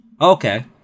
Okay